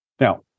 Now